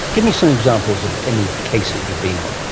give me some examples of any cases you've been on.